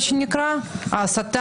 מה שנקרא,